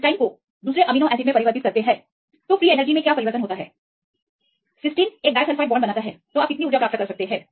free energy में परिवर्तन या अगर हम किसी अमीनो एसिड को सिस्टीन के साथ बदलते हैं और सिस्टीन एक डाइसल्फ़ाइड बांड बनाता है आप कितनी ऊर्जा प्राप्त कर सकते हैं